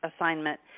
assignment